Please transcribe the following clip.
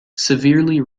severely